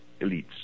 elites